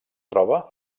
troba